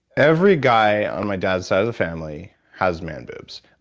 every guy on my dad side of the family has man boobs.